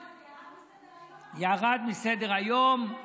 נו, אז זה ירד מסדר-היום או לא?